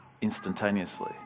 instantaneously